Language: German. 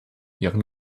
ihren